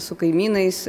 su kaimynais